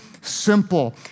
simple